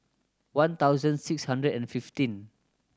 one thousand six hundred and fifteen